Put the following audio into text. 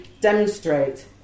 demonstrate